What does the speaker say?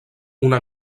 una